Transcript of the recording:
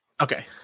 Okay